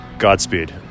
Godspeed